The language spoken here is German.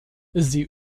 sie